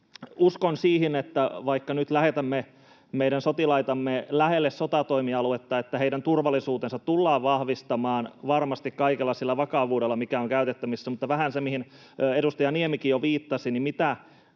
Uskon, että vaikka nyt lähetämme meidän sotilaitamme lähelle sotatoimialuetta, heidän turvallisuutensa tullaan vahvistamaan varmasti kaikella sillä vakavuudella, mikä on käytettävissä, mutta vähän siitä, mihin edustaja Niemikin jo viittasi: mitä